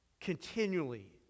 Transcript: Continually